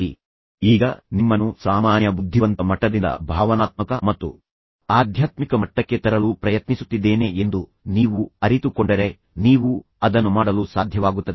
ನೀವು ಅರಿತುಕೊಂಡರೆ ಈಗ ನಾನು ನಿಮ್ಮನ್ನು ಸಾಮಾನ್ಯ ಬುದ್ಧಿವಂತ ಮಟ್ಟದಿಂದ ಭಾವನಾತ್ಮಕ ಮತ್ತು ಆಧ್ಯಾತ್ಮಿಕ ಮಟ್ಟಕ್ಕೆ ತರಲು ಪ್ರಯತ್ನಿಸುತ್ತಿದ್ದೇನೆ ಎಂದು ನೀವು ಅರಿತುಕೊಂಡರೆ ನೀವು ಅದನ್ನು ಮಾಡಲು ಸಾಧ್ಯವಾಗುತ್ತದೆ